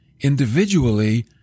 individually